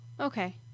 Okay